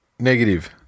Negative